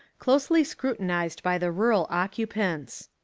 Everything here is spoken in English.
closely scru tinised by the rural occupants.